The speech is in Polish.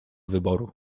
wyboru